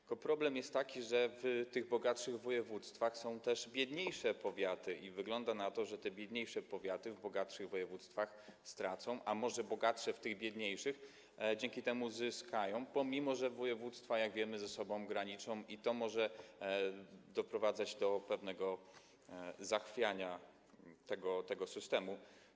Tylko problem jest taki, że w tych bogatszych województwach są też biedniejsze powiaty i wygląda na to, że te biedniejsze powiaty w bogatszych województwach stracą, a może bogatsze w tych biedniejszych dzięki temu zyskają, pomimo że województwa, jak wiemy, ze sobą graniczą i może to doprowadzać do pewnego zachwiania tego systemu.